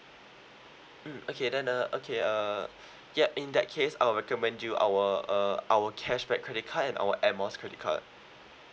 mm okay then uh okay uh ya in that case I'll recommend you our uh our cashback credit and our Air Miles credit card